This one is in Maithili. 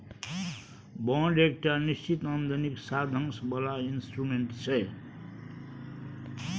बांड एकटा निश्चित आमदनीक साधंश बला इंस्ट्रूमेंट छै